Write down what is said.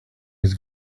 his